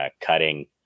cutting